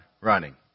running